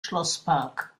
schlosspark